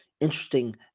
interesting